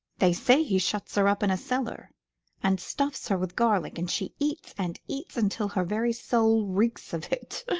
they say he shuts her up in a cellar and stuffs her with garlic, and she eats and eats until her very soul reeks of it.